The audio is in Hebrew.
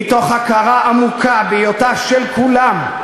מתוך הכרה עמוקה בהיותה של כולם,